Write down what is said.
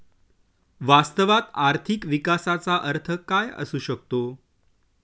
वास्तवात आर्थिक विकासाचा अर्थ काय असू शकतो?